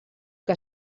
que